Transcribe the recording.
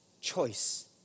choice